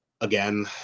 again